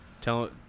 tell